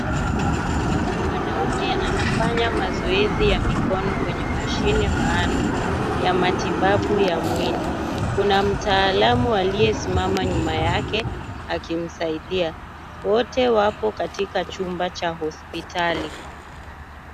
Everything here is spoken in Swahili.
Mwanaume anafanya mazoezi ya mikono kwenye mashine maalum ya matibabu ya mwili, kuna mtaalamu aliyesimama nyuma yake akisaidia wote wapo katika chumba cha hospitali.